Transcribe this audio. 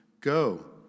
Go